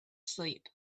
sleep